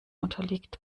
unterliegt